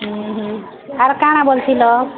ଉଁ ହୁଁ ଆର୍ କାଁଣ ବୋଲୁ ଥିଲ